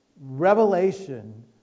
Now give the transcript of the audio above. revelation